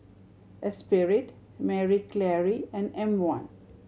Espirit Marie Claire and M One